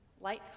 Light